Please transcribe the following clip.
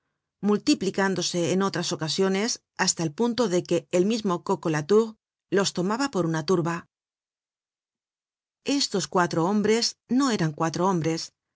multiplicándose en otras ocasiones hasta el punto de que el mismo coco latour los tomaba por una turba estos cuatro hombres no eran cuatro hombres